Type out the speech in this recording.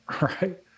right